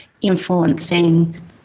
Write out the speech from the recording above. influencing